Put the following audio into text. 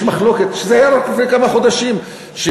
יש מחלוקת שזה היה רק לפני כמה חודשים שאותן